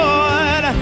Lord